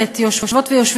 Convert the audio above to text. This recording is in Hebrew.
ולא משנה דת או